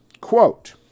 Quote